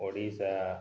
Odisha